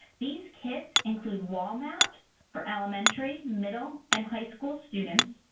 these kits include wall maps for elementary, middle and high school students,